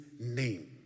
name